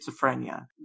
schizophrenia